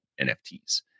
NFTs